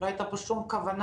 לא הייתה פה שום כוונה,